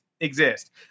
exist